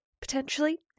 potentially